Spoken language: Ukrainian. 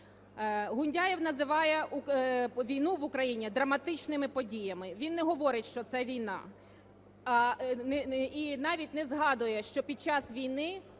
Гундяєв називає війну в Україні драматичними подіями, він не говорить, що це війна. І навіть не згадує, що під час війни